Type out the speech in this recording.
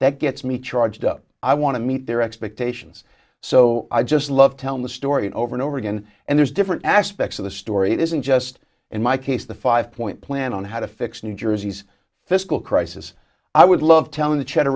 that gets me charged up i want to meet their expectations so i just love telling the story over and over again and there's different aspects of the story it isn't just in my case the five point plan on how to fix new jersey's fiscal crisis i would love telling the cheddar